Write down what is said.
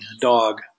dog